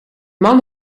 man